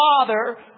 father